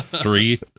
Three